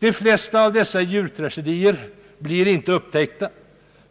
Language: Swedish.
De flesta av dessa djurtragedier blir inte upptäckta,